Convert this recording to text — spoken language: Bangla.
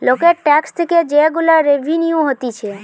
লোকের ট্যাক্স থেকে যে গুলা রেভিনিউ হতিছে